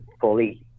fully